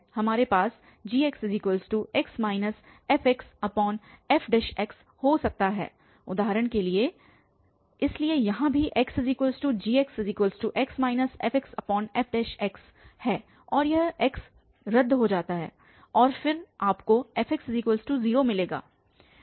हमारे पास gxx fxfx हो सकता है उदाहरण के लिएइसलिए यहाँ भी xgxx fxfx और यह x रद्द हो जाता है और फिर आपको fx0 मिलेगा